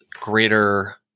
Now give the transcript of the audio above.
greater